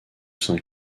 saint